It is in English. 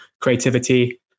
creativity